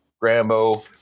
Grambo